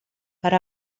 per